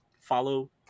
follow